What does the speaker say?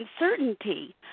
uncertainty